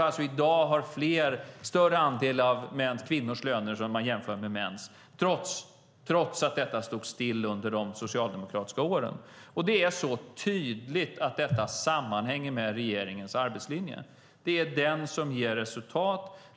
I dag har vi alltså större andel av kvinnors löner om man jämför med mäns, trots att detta stod still under de socialdemokratiska åren. Det är så tydligt att detta sammanhänger med regeringens arbetslinje. Det är den som ger resultat.